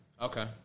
Okay